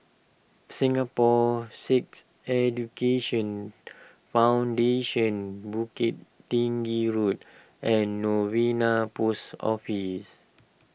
Singapore Sikh Education Foundation Bukit Tinggi Road and Novena Post Office